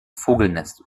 vogelnest